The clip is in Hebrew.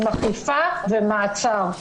עם אכיפה ומעצר,